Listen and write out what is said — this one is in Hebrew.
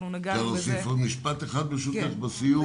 אפשר להוסיף עוד משפט אחד, ברשותך, בסיום?